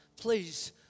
Please